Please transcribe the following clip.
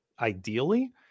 ideally